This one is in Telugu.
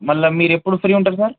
మళ్ళీ మీరు ఎప్పుడు ఫ్రీ ఉంటారు సార్